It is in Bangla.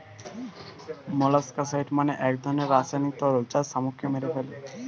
মোলাস্কাসাইড মানে এক ধরনের রাসায়নিক তরল যা শামুককে মেরে ফেলে